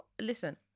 Listen